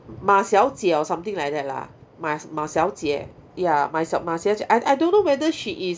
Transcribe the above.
ma xiao jie or something like that lah ma ma xiao jie ya ma xiao ma xiao jie I I don't know whether she is